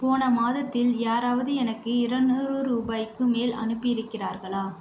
போன மாதத்தில் யாராவது எனக்கு இருநூறு ரூபாய்க்கு மேல் அனுப்பி இருக்கிறார்களா